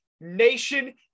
nation